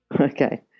okay